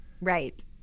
Right